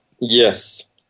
Yes